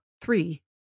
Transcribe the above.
three